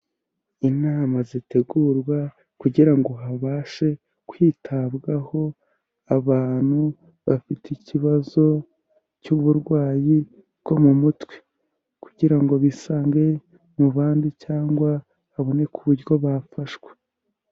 Inama zitegurwa kugira ngo habashe kwitabwaho abantu bafite ikibazo cy'uburwayi bwo mu mutwe kugira ngo bisange mu bandi cyangwa haboneke uburyo bafashwa.